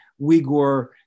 Uyghur